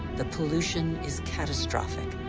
the pollution is catastrophic.